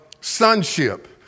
sonship